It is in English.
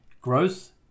growth